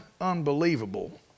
unbelievable